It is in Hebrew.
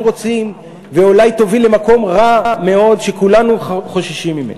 רוצים ואולי תוביל למקום רע מאוד שכולנו חוששים ממנו.